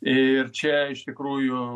ir čia iš tikrųjų